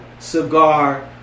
cigar